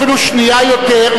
אני לא אתן לו אפילו שנייה יותר.